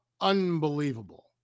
unbelievable